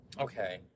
Okay